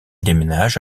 déménage